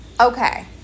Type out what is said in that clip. Okay